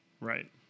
Right